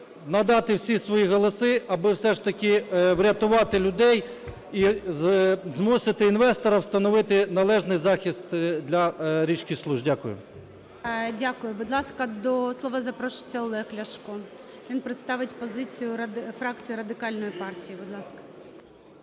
надати всі свої голоси, аби, все ж таки, врятувати людей, і змусити інвестора встановити належний захист для річки Случ. Дякую. ГОЛОВУЮЧИЙ. Дякую. Будь ласка, до слова запрошується Олег Ляшко. Він представить позицію фракції Радикальної партії. Будь ласка.